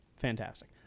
fantastic